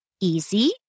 easy